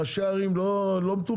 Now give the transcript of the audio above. ראשי ערים לא מטומטמים.